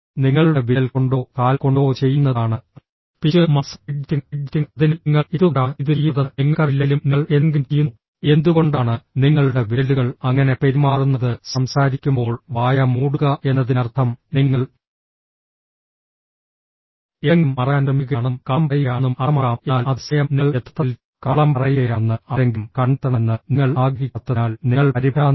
നിങ്ങളുടെ വിരൽ കൊണ്ടോ കാൽ കൊണ്ടോ ചെയ്യുന്നതാണ് പിഞ്ച് മാംസം ഫിഡ്ജെറ്റിംഗ് ഫിഡ്ജെറ്റിംഗ് അതിനാൽ നിങ്ങൾ എന്തുകൊണ്ടാണ് ഇത് ചെയ്യുന്നതെന്ന് നിങ്ങൾക്കറിയില്ലെങ്കിലും നിങ്ങൾ എന്തെങ്കിലും ചെയ്യുന്നു എന്തുകൊണ്ടാണ് നിങ്ങളുടെ വിരലുകൾ അങ്ങനെ പെരുമാറുന്നത് സംസാരിക്കുമ്പോൾ വായ മൂടുക എന്നതിനർത്ഥം നിങ്ങൾ എന്തെങ്കിലും മറയ്ക്കാൻ ശ്രമിക്കുകയാണെന്നും കള്ളം പറയുകയാണെന്നും അർത്ഥമാക്കാം എന്നാൽ അതേ സമയം നിങ്ങൾ യഥാർത്ഥത്തിൽ കള്ളം പറയുകയാണെന്ന് ആരെങ്കിലും കണ്ടെത്തണമെന്ന് നിങ്ങൾ ആഗ്രഹിക്കാത്തതിനാൽ നിങ്ങൾ പരിഭ്രാന്തരാണ്